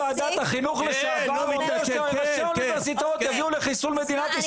לוועדה שעלולות להגיע לידי